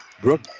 Brooke